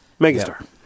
Megastar